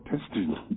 testing